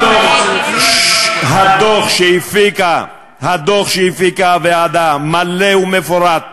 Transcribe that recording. הדוח שהפיקה הוועדה מלא ומפורט,